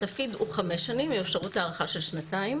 התפקיד הוא חמש שנים, עם אפשרות להארכה בשנתיים.